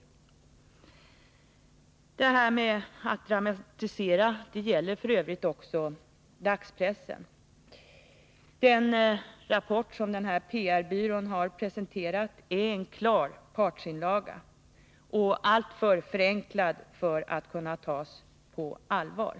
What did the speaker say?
Talet om att dramatisera gäller f. ö. också dagspressen. Den rapport som PR-Byrån har presenterat är en klar partsinlaga och alltför förenklad för att den skall kunna tas på allvar.